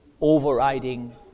overriding